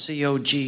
COG